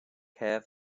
care